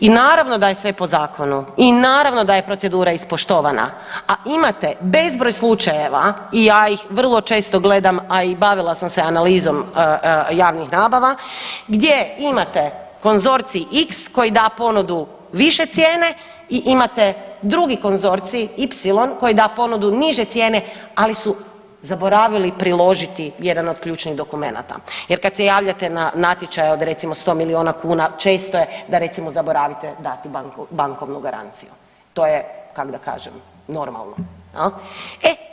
I naravno da je sve po zakonu i naravno da je procedura ispoštovana, a imate bezbroj slučajeva i ja ih vrlo često gledam, a i bavila sam se analizom javnih nabava, gdje imate konzorcij x koji da ponudi više cijene i imate drugi konzorcij y koji da ponudu niže cijene, ali su zaboravili priložiti jedan od ključnih dokumenata jer kada se javljate na natječaj od recimo 100 milijuna kuna često je da recimo zaboraviti dati bankovnu garanciju, to je kak da kažem normalno je.